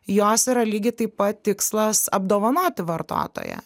jos yra lygiai taip pat tikslas apdovanoti vartotoją